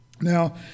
Now